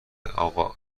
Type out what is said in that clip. اقا